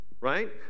right